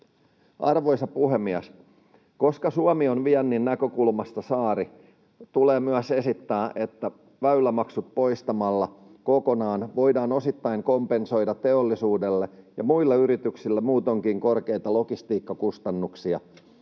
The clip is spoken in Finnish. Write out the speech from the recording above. Arvoisa puhemies! Koska Suomi on viennin näkökulmasta saari, tulee myös esittää, että väylämaksut poistamalla kokonaan voidaan osittain kompensoida teollisuudelle ja muille yrityksille muutoinkin korkeita logistiikkakustannuksia.